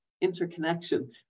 interconnection